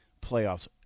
playoffs